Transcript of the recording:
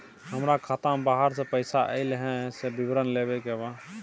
हमरा खाता में बाहर से पैसा ऐल है, से विवरण लेबे के बा?